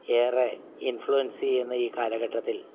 ഏറെ ഇൻഫ്ലുവെൻസ് ചെയ്യുന്ന ഈ കാലഘട്ടത്തിൽ